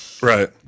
Right